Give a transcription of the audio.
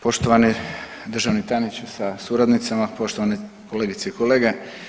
Poštovani državni tajniče sa suradnicima, poštovane kolegice i kolege.